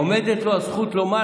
עומדת לו הזכות לומר,